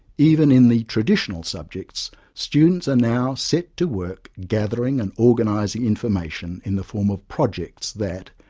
even in the traditional subjects students are now set to work gathering and organising information in the form of projects that,